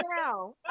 now